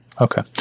Okay